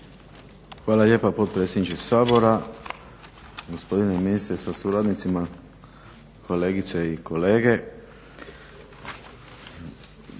Hvala lijepa potpredsjedniče Sabora. Gospodine ministre sa suradnicima, kolegice i kolege.